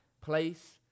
place